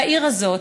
העיר הזאת,